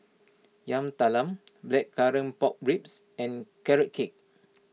Yam Talam Blackcurrant Pork Ribs and Carrot Cake